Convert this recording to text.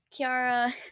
Kiara